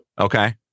okay